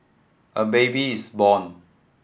a baby is born